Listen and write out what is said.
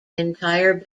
entire